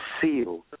sealed